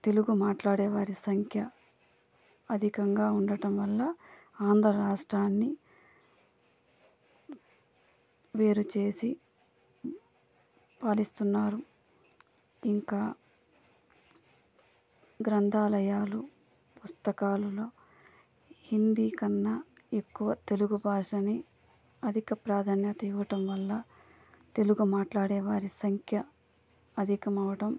తెలుగు మాట్లాడే వారి సంఖ్య అధికంగా ఉండటం వల్ల ఆంధ్ర రాష్ట్రాన్ని వేరుచేసి పాలిస్తున్నారు ఇంకా గ్రంథాలయాలు పుస్తకాలలో హిందీ కన్నా ఎక్కువ తెలుగు భాషని అధిక ప్రాధాన్యత ఇవ్వడం వల్ల తెలుగు మాట్లాడే వారి సంఖ్య అధికమవడం